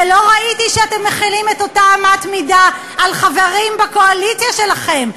ולא ראיתי שאתם מחילים את אותה אמת מידה על חברים בקואליציה שלכם.